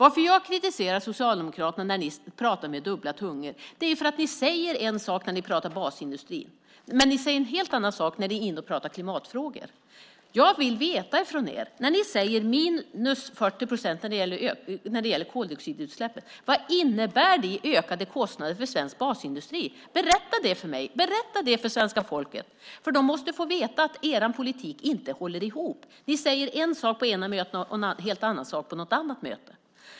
Att jag kritiserar er socialdemokrater när ni pratar med dubbla tungor är för att ni säger en sak när ni pratar basindustri men en helt annan sak när ni pratar klimatfrågor. När ni säger minus 40 procent när det gäller koldioxidutsläppen vill jag veta vad det innebär i ökade kostnader för svensk basindustri. Berätta det för mig! Berätta det för svenska folket! De måste få veta att er politik inte håller ihop. Ni säger en sak på det ena mötet och en helt annan sak på ett annat möte.